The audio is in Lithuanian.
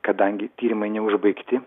kadangi tyrimai neužbaigti